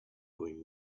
going